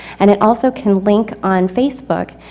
and it also can link on facebook.